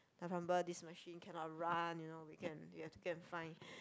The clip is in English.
like for example this machine cannot run you know we can you have to go and find